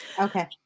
Okay